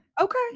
Okay